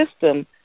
system